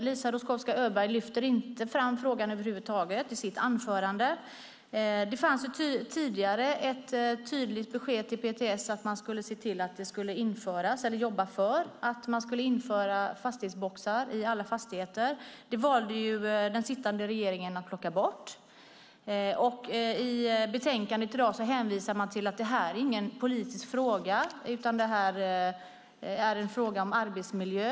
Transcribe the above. Eliza Roszkowska Öberg lyfter inte fram frågan över huvud taget i sitt anförande. Det fanns tidigare ett tydligt besked till PTS att de skulle jobba för att det skulle införas fastighetsboxar i alla fastigheter. Det valde den sittande regeringen att plocka bort. I betänkandet i dag hänvisar man till att detta inte är någon politisk fråga utan en fråga om arbetsmiljö.